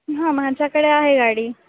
हां माझ्याकडे आहे गाडी